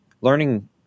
learning